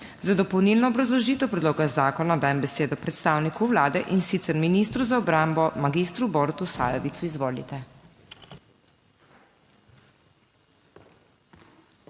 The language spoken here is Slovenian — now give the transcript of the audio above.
Za dopolnilno obrazložitev predloga zakona dajem besedo predstavniku Vlade in sicer ministru za obrambo, magistru Borutu Sajovicu. Izvolite.